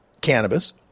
cannabis